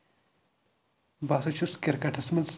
بہٕ سا چھُس کِرکَٹَس منٛز